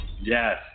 Yes